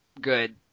good